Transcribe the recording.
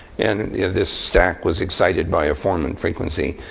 and this stack was excited by a formant frequency.